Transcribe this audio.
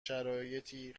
شرایطی